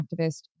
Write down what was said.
activist